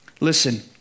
Listen